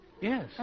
Yes